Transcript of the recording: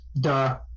duh